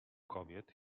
kobiet